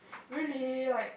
really like